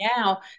now